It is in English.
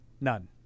None